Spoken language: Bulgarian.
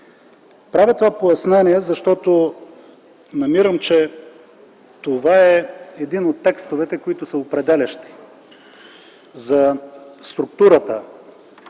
Правя това пояснение, защото намирам, че това е един от текстовете, които са определящи за структурата